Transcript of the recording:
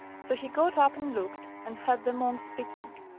so he got up and looked, and heard the monk speaking.